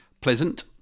pleasant